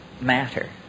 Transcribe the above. matter